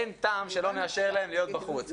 אין טעם שלא נאשר להם להיות בחוץ,